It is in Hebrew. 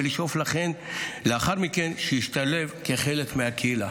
ולשאוף לכך שלאחר מכן ישתלב כחלק מהקהילה.